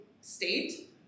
state